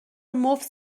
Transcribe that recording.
مفت